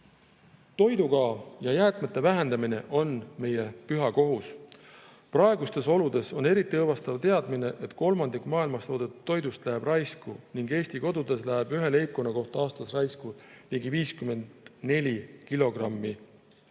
Toidukao ja ‑jäätmete vähendamine on meie püha kohus. Praegustes oludes on eriti õõvastav teadmine, et kolmandik maailmas toodetud toidust läheb raisku ning Eesti kodudes läheb ühe leibkonna kohta aastas raisku ligi 54 kilogrammi